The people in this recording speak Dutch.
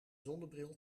zonnebril